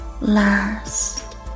last